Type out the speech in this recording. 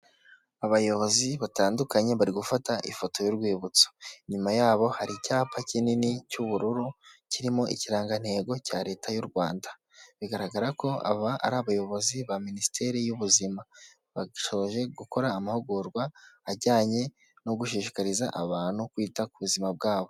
Abayobozi batandukanye bari gufata ifoto y'urwibutso, inyuma yabo hari icyapa kinini cy'ubururu kirimo ikirangantego cya Leta y'u Rwanda, bigaragara ko aba ari abayobozi ba Minisiteri y'Ubuzima, bashoje gukora amahugurwa ajyanye no gushishikariza abantu kwita ku buzima bwabo.